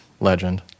Legend